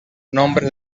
nombre